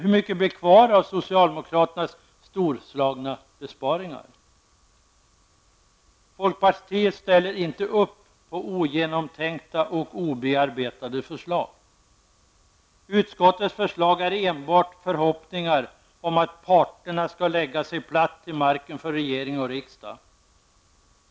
Hur mycket blir kvar av socialdemokraternas storslagna besparingar? Folkpartiet ställer inte upp på ogenomtänkta och obearbetade förslag. Utskottets förslag är enbart förhoppningar om att parterna skall lägga sig platt till marken för regering och riksdag.